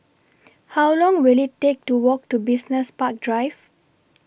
How Long Will IT Take to Walk to Business Park Drive